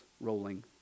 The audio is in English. rolling